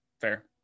Fair